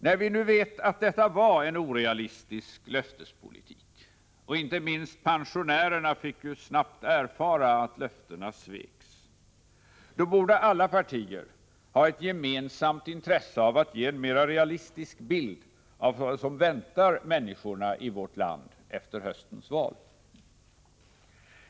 När vi nu vet att detta var en orealistisk löftespolitik, inte minst pensionärerna fick ju snart erfara att löftena sveks, borde alla partier ha ett gemensamt intresse av att ge en mer realistisk bild av vad som väntar människorna i vårt land efter höstens val.